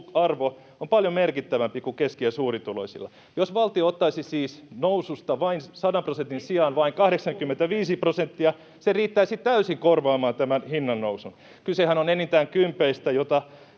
on paljon merkittävämpi kuin keski‑ ja suurituloisilla. Jos valtio ottaisi siis noususta 100 prosentin sijaan vain 85 prosenttia, [Ben Zyskowicz: Mistä noususta te puhutte?] se riittäisi täysin korvaamaan tämän hinnannousun. Kysehän on enintään kympeistä,